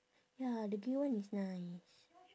ya the grey one is nice